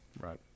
right